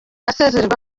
asezererwa